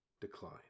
decline